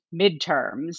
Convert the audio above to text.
midterms